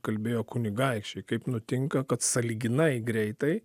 kalbėjo kunigaikščiai kaip nutinka kad sąlyginai greitai